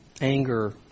anger